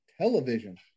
television